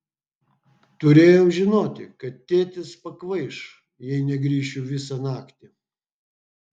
turėjau žinoti kad tėtis pakvaiš jei negrįšiu visą naktį